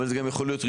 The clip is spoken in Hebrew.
גם היתר פליטה,